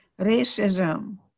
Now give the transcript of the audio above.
racism